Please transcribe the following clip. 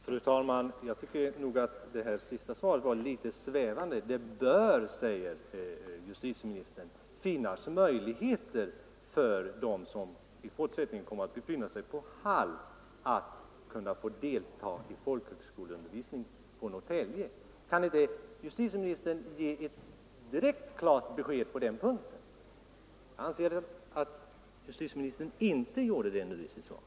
Fru talman! Jag tycker att det sista beskedet var litet svävande. Justitieministern säger ”att det bör finnas möjligheter” för dem som i fortsättningen kommer att befinna sig på Hall att få delta i folkhögskoleundervisningen på Norrtäljefängelset. Kan inte justitieministern ge ett direkt klart besked på den punkten? Jag anser att justitieministern inte gjorde det nu i sitt svar.